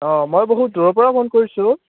অঁ মই বহুত দূৰৰপৰা ফোন কৰিছোঁ